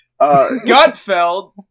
Gutfeld